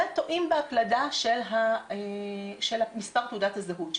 וטועים בהקלדה של מספר תעודת הזהות שלהם.